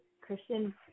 Christian